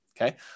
okay